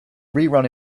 rerun